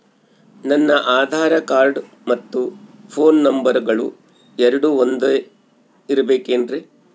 ನನ್ನ ಆಧಾರ್ ಕಾರ್ಡ್ ಮತ್ತ ಪೋನ್ ನಂಬರಗಳು ಎರಡು ಒಂದೆ ಇರಬೇಕಿನ್ರಿ?